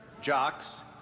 jocks